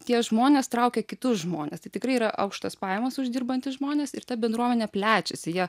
tie žmonės traukia kitus žmones tai tikrai yra aukštas pajamas uždirbantys žmonės ir ta bendruomenė plečiasi jie